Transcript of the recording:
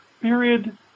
period